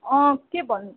अँ के भन्नु